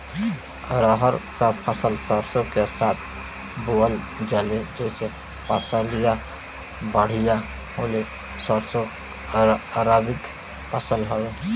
रहर क फसल सरसो के साथे बुवल जाले जैसे फसलिया बढ़िया होले सरसो रबीक फसल हवौ